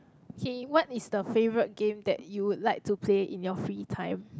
K what is the favourite game that you would like to play in your free time